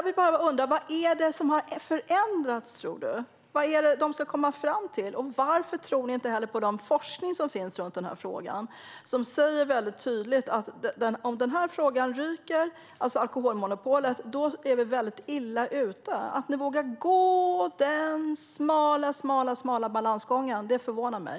Vad är det som har förändrats, tror du? Vad är det utredningen ska komma fram till? Och varför tror ni inte på den forskning som finns i den här frågan? Forskningen säger väldigt tydligt att om alkoholmonopolet ryker är vi väldigt illa ute. Att ni verkligen vågar gå denna smala balansgång förvånar mig.